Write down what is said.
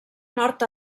nord